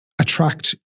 attract